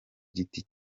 giti